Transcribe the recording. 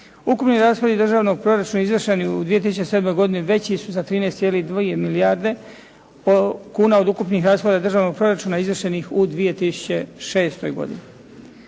Ukupni rashodi državnog proračuna izvršeni u 2007. godini veći su za 13,2 milijarde kuna od ukupnih rashoda državnog proračuna izvršenih u 2006. godini.